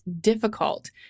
difficult